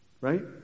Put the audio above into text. right